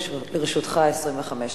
לרשותך 25 דקות.